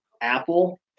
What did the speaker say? Apple